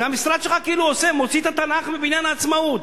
זה שהמשרד שלך כאילו מוציא את התנ"ך מבניין העצמאות.